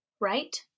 right